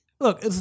look